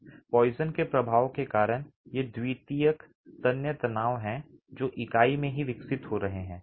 Poisson के प्रभाव के कारण ये द्वितीयक तन्य तनाव हैं जो इकाई में ही विकसित हो रहे हैं